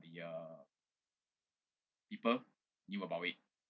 the uh people knew about it